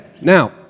now